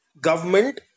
government